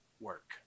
work